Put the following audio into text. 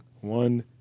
one